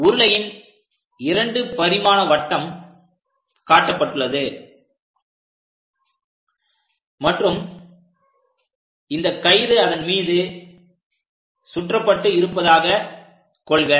உருளையின் இரண்டு பரிமாண வட்டம் காட்டப்பட்டுள்ளது மற்றும் இந்தக் கயிறு அதன் மீது சுற்றப்பட்டு இருப்பதாக கொள்க